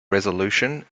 resolution